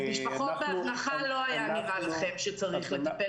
אז לא היה נראה לכם שהיה צריך לטפל